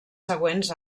següents